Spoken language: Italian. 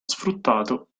sfruttato